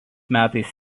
metais